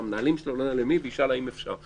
למנהלים שלו וישאל האם אפשר.